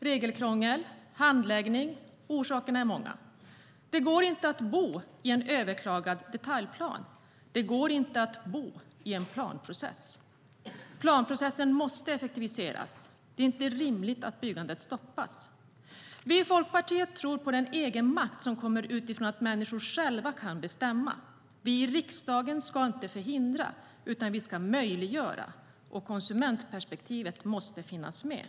Regelkrångel och handläggning; orsakerna är många. Det går inte att bo i en överklagad detaljplan. Det går inte att bo i en planprocess. Planprocessen måste effektiviseras. Det är inte rimligt att byggandet stoppas. Folkpartiet tror på den egenmakt som kommer utifrån att människor själva kan bestämma. Vi i riksdagen ska inte förhindra, utan vi ska möjliggöra, och konsumentperspektivet måste finnas med.